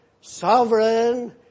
sovereign